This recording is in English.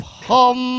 hum